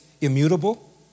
immutable